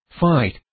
fight